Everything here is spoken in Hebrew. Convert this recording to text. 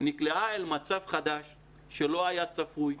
נקלעה אל מצב חדש שלא היה צפוי.